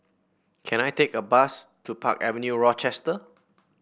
can I take a bus to Park Avenue Rochester